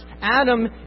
Adam